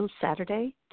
Saturday